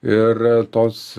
ir tos